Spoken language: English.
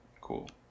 cool